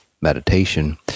meditation